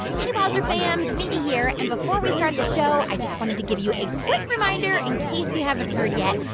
hey, wowzer fans. mindy here, and before we start the show, i just wanted to give you a quick reminder in case you haven't heard yet.